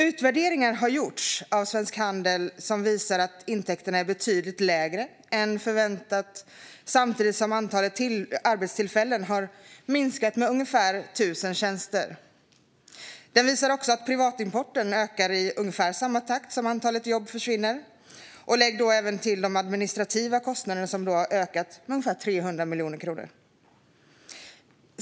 Utvärderingar har gjorts av Svensk Handel, som visar att intäkterna är betydligt lägre än förväntat samtidigt som antalet arbetstillfällen har minskat med ungefär 1 000 tjänster. De visar också att privatimporten ökar i ungefär samma takt som antalet jobb försvinner. Lägg även till de administrativa kostnaderna, som har ökat med ungefär 300 miljoner kronor.